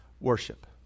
worship